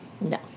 No